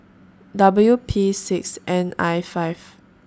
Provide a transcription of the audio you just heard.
W P six N I five